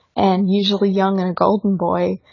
and usually young and a golden boy,